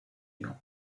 you